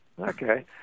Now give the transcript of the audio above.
Okay